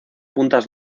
puntas